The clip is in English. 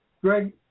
Greg